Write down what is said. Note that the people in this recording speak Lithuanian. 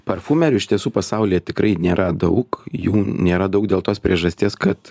parfumerių iš tiesų pasaulyje tikrai nėra daug jų nėra daug dėl tos priežasties kad